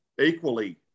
equally